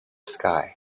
sky